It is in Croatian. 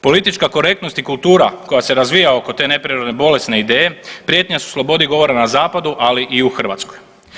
Politička korektnost i kultura koja se razvija oko te neprirodne bolesne ideje prijetnja su slobodi govora na zapadu, ali i u Hrvatskoj.